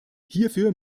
hierfür